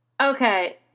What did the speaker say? okay